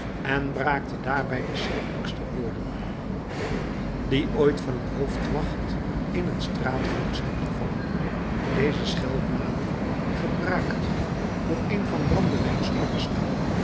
en braakte daarbij de schrikkelijkste woorden die ooit van een hoofdwacht in een straatgoot zijn gevallen deze scheldnamen gebraakt door een van brandewijn schorre stem